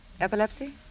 Epilepsy